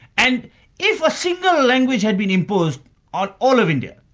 and if a single language had been imposed on all of india,